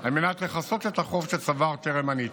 על מנת לכסות את החוב שצבר טרם הניתוק.